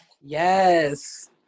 Yes